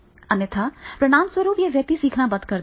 अन्यथा परिणामस्वरूप यह व्यक्ति सीखना बंद कर देगा